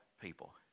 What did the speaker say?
people